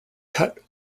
cut